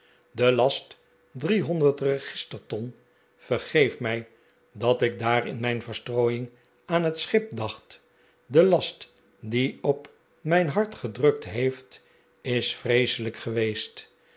de last registerton vergeef mij dat ik daar in mijn verstrooiing aan het schip dacht de last die op mijn hart gedrukt heeft is vreeselijk geweest